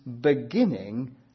beginning